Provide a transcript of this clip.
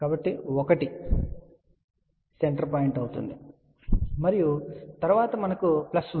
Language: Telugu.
కాబట్టి 1 సెంటర్ పాయింట్ అవుతుంది మరియు తరువాత మనకు ప్లస్ ఉంటుంది